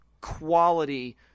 quality